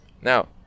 Now